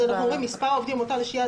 אז אנחנו אומרים: מספר העובדים המותר לשהייה